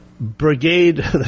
brigade